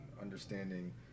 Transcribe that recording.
understanding